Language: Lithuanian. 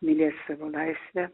mylėt savo laisvę